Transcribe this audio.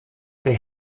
they